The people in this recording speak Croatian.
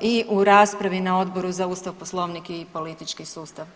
i u raspravi na Odboru za Ustav, Poslovnik i politički sustav.